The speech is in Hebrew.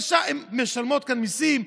הן משלמות כאן מיסים,